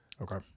Okay